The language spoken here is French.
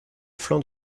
flanc